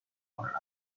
another